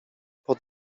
pod